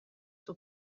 suo